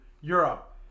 Europe